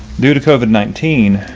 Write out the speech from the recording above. due to covid nineteen.